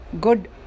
good